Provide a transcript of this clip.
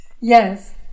Yes